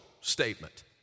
statement